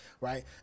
right